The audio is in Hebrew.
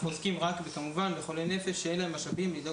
אנחנו עוסקים רק בחולי נפש שאין להם משאבים לדאוג